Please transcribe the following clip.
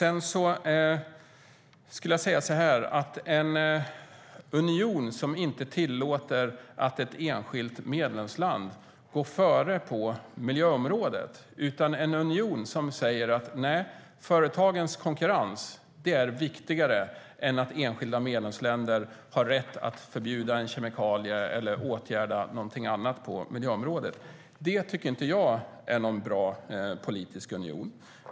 En politisk union som inte tillåter att ett enskilt medlemsland går före på miljöområdet utan säger att företagens konkurrens är viktigare än att enskilda medlemsländer har rätt att förbjuda kemikalier eller åtgärda någonting annat på miljöområdet tycker jag inte är någon bra politisk union.